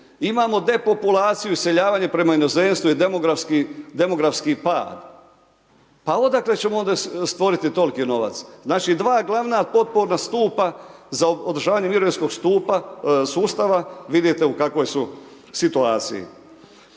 Imamo depopulaciju, iseljavanje prema inozemstvu i demografski pad. Pa odakle ćemo onda stvorit tolki novac? Znači dva glavna potporna stupa za održavanje mirovinskog stupa sustava vidite u kakvoj su situaciji.